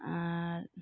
ᱟᱨ